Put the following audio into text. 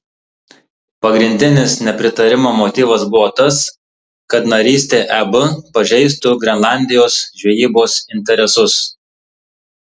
pagrindinis nepritarimo motyvas buvo tas kad narystė eb pažeistų grenlandijos žvejybos interesus